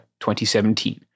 2017